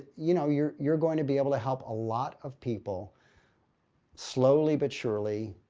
you know, you're you're going to be able to help a lot of people slowly but surely,